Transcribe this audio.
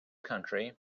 country